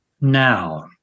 Now